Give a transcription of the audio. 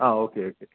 ആ okay okay